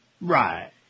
Right